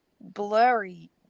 blurry